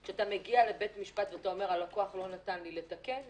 כשאתה מגיע לבית משפט ואומר: הלקוח לא נתן לי לתקן,